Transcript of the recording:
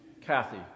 Kathy